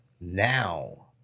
now